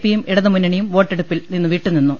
പിയും ഇടതുമുന്നണിയും വോട്ടെടുപ്പിൽ നിന്നുവിട്ടുനിന്നു